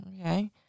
okay